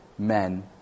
men